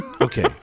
Okay